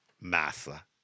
Massa